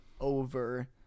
over